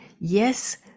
Yes